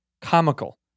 comical